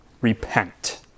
Repent